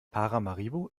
paramaribo